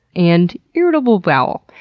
and irritable bowel.